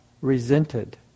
resented